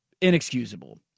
inexcusable